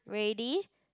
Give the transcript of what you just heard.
ready